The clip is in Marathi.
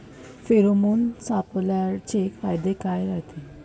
फेरोमोन सापळ्याचे फायदे काय रायते?